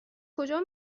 کجا